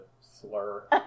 slur